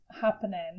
happening